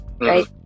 right